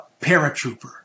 paratrooper